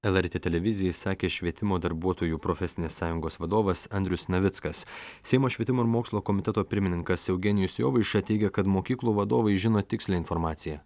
lrt televizijai sakė švietimo darbuotojų profesinės sąjungos vadovas andrius navickas seimo švietimo ir mokslo komiteto pirmininkas eugenijus jovaiša teigia kad mokyklų vadovai žino tikslią informaciją